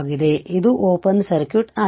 ಆದ್ದರಿಂದ ಇದು open circuit ಆಗಿದೆ